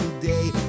today